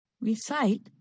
Recite